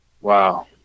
Wow